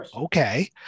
okay